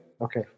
Okay